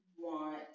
want